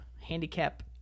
handicap